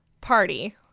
party